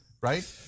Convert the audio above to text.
right